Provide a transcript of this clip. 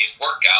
workout